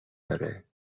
داره